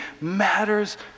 matters